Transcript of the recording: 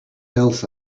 else